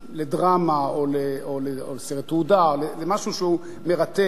לדרמה או לסרט תעודה או למשהו שהוא מרתק,